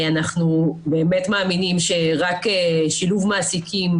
אנחנו באמת מאמינים שרק שילוב מעסיקים,